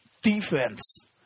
Defense